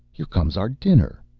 here comes our dinner.